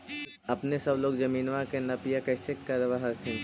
अपने सब लोग जमीनमा के नपीया कैसे करब हखिन?